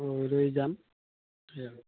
অঁ ৰৈ যাম সেইয়া